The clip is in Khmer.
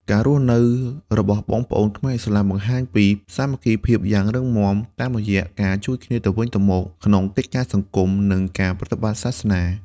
ការរស់នៅរបស់បងប្អូនខ្មែរឥស្លាម បង្ហាញពីសាមគ្គីភាពយ៉ាងរឹងមាំតាមរយៈការជួយគ្នាទៅវិញទៅមកក្នុងកិច្ចការសង្គម និងការប្រតិបត្តិសាសនា។